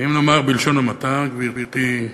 ואם נאמר בלשון המעטה, גברתי,